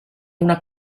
una